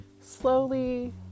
slowly